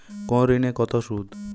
কোন ঋণে কত সুদ?